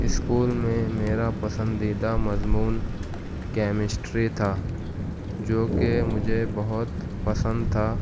school میں میرا پسندیدہ مضمون کیمسٹری تھا جوکہ مجھے بہت پسند تھا